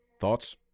thoughts